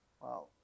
Wow